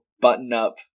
button-up